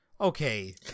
Okay